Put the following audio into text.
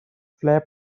flap